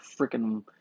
freaking